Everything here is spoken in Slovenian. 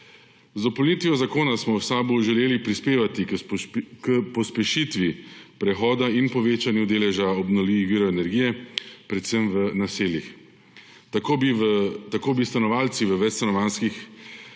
Z dopolnitvijo zakona smo v SAB želeli prispevati k pospešitvi prehoda in povečanju deleža obnovljivih virov energije predvsem v naseljih. Tako bi stanovalci v večstanovanjskih